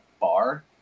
bar